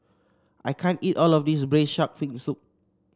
I can't eat all of this Braised Shark Fin Soup